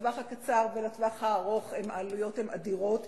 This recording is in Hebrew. בטווח הקצר ובטווח הארוך העלויות הן אדירות.